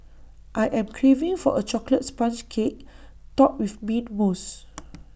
I am craving for A Chocolate Sponge Cake Topped with Mint Mousse